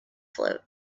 float